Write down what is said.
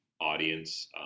audience